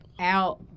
out